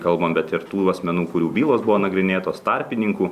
kalbam bet ir tų asmenų kurių bylos buvo nagrinėtos tarpininkų